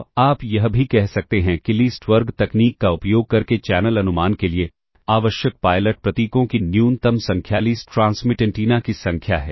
तो आप यह भी कह सकते हैं कि लीस्ट वर्ग तकनीक का उपयोग करके चैनल अनुमान के लिए आवश्यक पायलट प्रतीकों की न्यूनतम संख्या लीस्ट ट्रांसमिट एंटीना की संख्या है